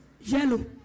yellow